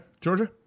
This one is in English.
georgia